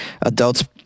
Adults